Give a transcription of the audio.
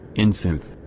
in sooth,